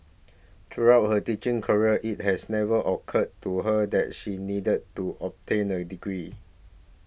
throughout her teaching career it has never occurred to her that she needed to obtain a degree